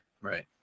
right